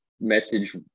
message